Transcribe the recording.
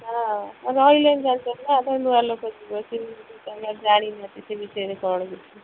ହଁ ରହିଲେ ନୂଆ ଲୋକ ଯିବ ତମେ ଜାଣିନ ସେ ବିଷୟରେ କ'ଣ କିଛି